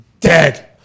dead